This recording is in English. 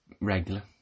regular